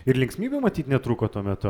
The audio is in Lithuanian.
ir linksmybių matyt netrūko tuo metu